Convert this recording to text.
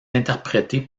interprété